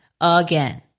again